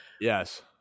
Yes